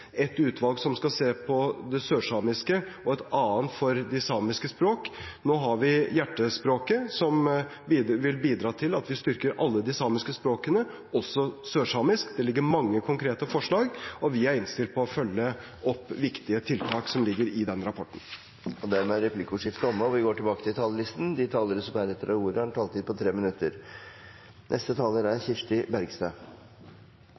utvalg som skal se på det sørsamiske, og et annet for de samiske språkene. Nå har vi rapporten Hjertespråket, som vil bidra til at vi styrker alle de samiske språkene, også sørsamisk. Det ligger mange konkrete forslag i den, og vi er innstilt på å følge opp viktige tiltak som ligger i den rapporten. Replikkordskiftet er omme. De talere som heretter får ordet, har en taletid på inntil 3 minutter. Sametingets virksomhet er